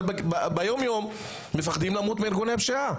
אבל ביום-יום מפחדים למות מארגוני פשיעה.